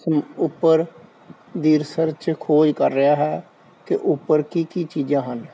ਉੱਪਰ ਦੀ ਰਿਸਰਚ ਖੋਜ ਕਰ ਰਿਹਾ ਹੈ ਕਿ ਉੱਪਰ ਕੀ ਕੀ ਚੀਜ਼ਾਂ ਹਨ